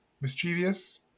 mischievous